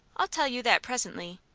i'll tell you that presently.